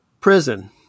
prison